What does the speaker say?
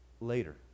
later